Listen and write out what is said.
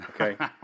Okay